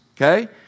okay